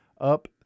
up